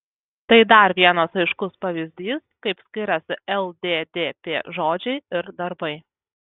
tai dar vienas aiškus pavyzdys kaip skiriasi lddp žodžiai ir darbai